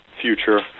future